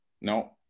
No